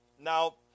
Now